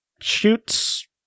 shoots